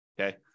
Okay